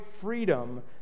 freedom